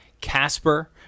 Casper